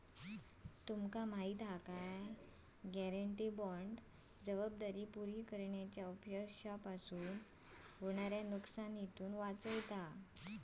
काय तुमका माहिती हा? गॅरेंटी बाँड जबाबदारी पुरी करण्याच्या अपयशापासून होणाऱ्या नुकसानीतना वाचवता